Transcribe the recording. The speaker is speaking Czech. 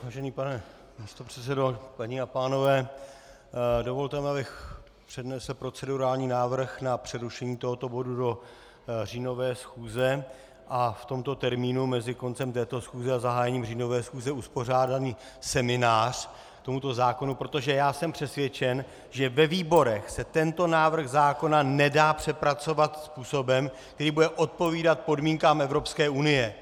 Vážený pane místopředsedo, paní a pánové, dovolte mi, abych přednesl procedurální návrh na přerušení tohoto bodu do říjnové schůze a v tomto termínu mezi koncem této schůze a zahájením říjnové schůze uspořádáme seminář k tomuto zákonu, protože já jsem přesvědčen, že ve výborech se tento návrh zákona nedá přepracovat způsobem, který bude odpovídat podmínkám Evropské unie.